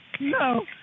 No